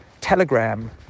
Telegram